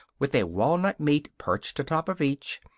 with a walnut meat perched atop of each,